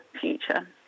future